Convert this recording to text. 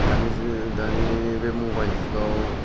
दानि जि दानि बे मबाइल जुगाव